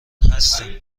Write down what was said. هستیم